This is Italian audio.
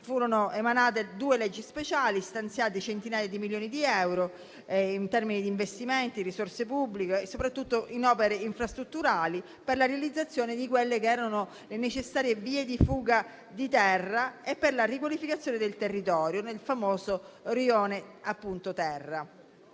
Furono emanate due leggi speciali, stanziati centinaia di milioni di euro, in termini di investimenti - risorse pubbliche - e soprattutto in opere infrastrutturali, per la realizzazione delle necessarie vie di fuga di terra e per la riqualificazione del famoso Rione Terra.